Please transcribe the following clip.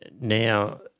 now